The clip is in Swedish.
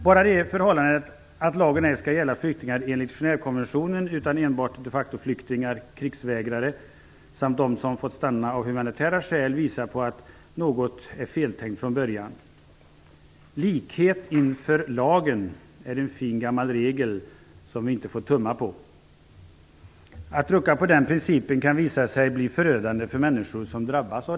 Bara det förhållandet att lagen ej skall gälla flyktingar enligt Genèvekonventionen utan enbart de facto-flyktingar, krigsvägrare samt dem som fått stanna av humanitära skäl visar att något är feltänkt från början. Likhet inför lagen är en fin gammal regel som vi inte får tumma på. Att rucka på den principen kan visa sig bli förödande för människor som drabbas.